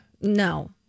No